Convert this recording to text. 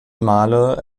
male